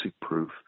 proof